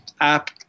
app